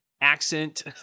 accent